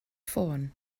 ffôn